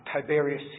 Tiberius